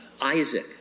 Isaac